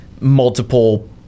multiple